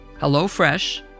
HelloFresh